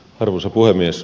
arvoisa puhemies